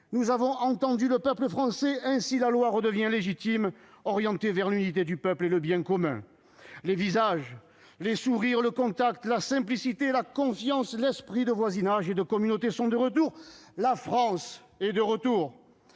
nous avons entendu le peuple français. Ainsi, la loi redevient légitime : orientée vers l'unité du peuple et le bien commun ». Les visages, les sourires, le contact, la simplicité, la confiance, l'esprit de voisinage et de communauté sont de retour. La France est de retour